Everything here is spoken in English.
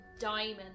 diamond